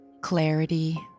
clarity